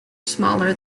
smaller